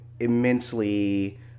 Immensely